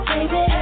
Baby